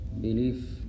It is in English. belief